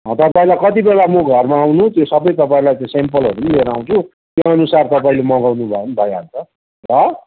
तपाईँलाई कति बेला म घरमा आउनु त्यो सबै तपाईँलाई त्यो स्यामपलहरू पनि ल्याएर आउँछु त्यो अनुसार तपाईँले मगाउनु भयो भने भइहाल्छ ल